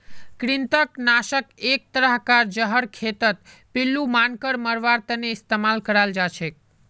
कृंतक नाशक एक तरह कार जहर खेतत पिल्लू मांकड़ मरवार तने इस्तेमाल कराल जाछेक